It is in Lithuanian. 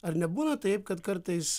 ar nebūna taip kad kartais